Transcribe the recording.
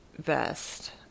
vest